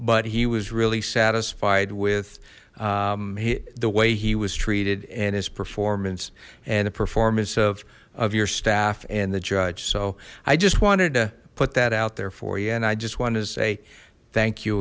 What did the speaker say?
but he was really satisfied with the way he was treated and his performance and the performance of of your staff and the judge so i just wanted to put that out there for you and i just wanted to say thank you